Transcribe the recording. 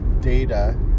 data